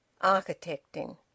Architecting